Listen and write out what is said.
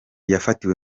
yafatiwe